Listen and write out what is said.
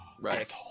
Right